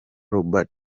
robert